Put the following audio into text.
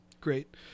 Great